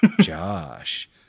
Josh